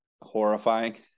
horrifying